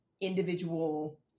individual